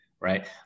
right